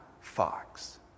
fox